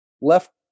Left